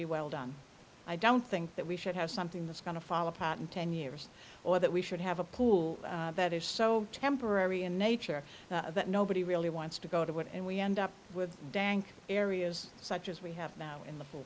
be well done i don't think that we should have something that's going to fall apart in ten years or that we should have a pool that is so temporary in nature that nobody really wants to go to what and we end up with dank areas such as we have now in the f